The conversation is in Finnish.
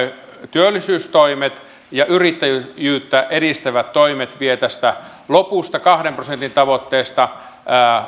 työllisyystoimet ja yrittäjyyttä edistävät toimet vievät tästä lopusta kahden prosentin tavoitteesta